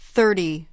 Thirty